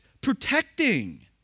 protecting